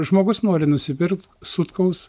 žmogus nori nusipirkt sutkaus